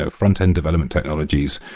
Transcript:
ah frontend development technologies,